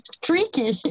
tricky